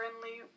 friendly